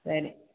சரி